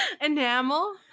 enamel